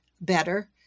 better